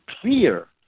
clear